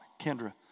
Kendra